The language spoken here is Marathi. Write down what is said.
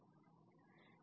त्यानंतर 'i' 3 होते